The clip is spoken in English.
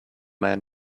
man